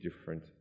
different